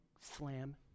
slam